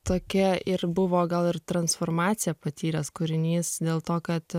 tokia ir buvo gal ir transformaciją patyręs kūrinys dėl to kad